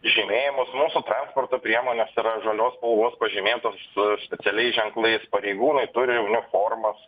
žymėjimus mūsų transporto priemonės yra žalios spalvos pažymėtos su specialiais ženklais pareigūnai turi uniformas